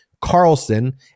Carlson